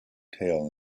tale